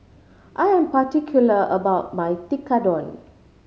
I am particular about my Tekkadon